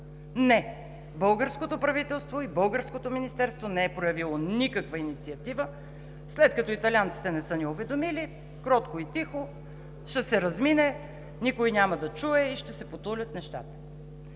Не! Българското правителство и българското министерство не е проявило никаква инициатива. След като италианците не са ни уведомили, кротко и тихо ще се размине, никой няма да чуе и ще се потулят нещата.